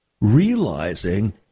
realizing